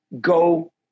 go